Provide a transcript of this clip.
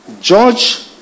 George